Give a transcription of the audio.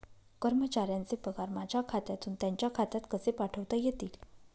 कर्मचाऱ्यांचे पगार माझ्या खात्यातून त्यांच्या खात्यात कसे पाठवता येतील?